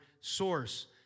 source